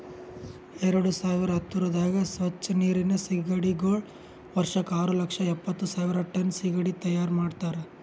ಎರಡು ಸಾವಿರ ಹತ್ತುರದಾಗ್ ಸ್ವಚ್ ನೀರಿನ್ ಸೀಗಡಿಗೊಳ್ ವರ್ಷಕ್ ಆರು ಲಕ್ಷ ಎಪ್ಪತ್ತು ಸಾವಿರ್ ಟನ್ ಸೀಗಡಿ ತೈಯಾರ್ ಮಾಡ್ತಾರ